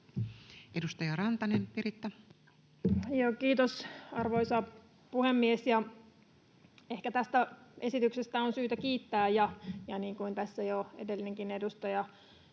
Edustaja Rantanen, Piritta. Kiitos, arvoisa puhemies! Ehkä tästä esityksestä on syytä kiittää, ja niin kuin tässä jo edellinenkin edustaja